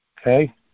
Okay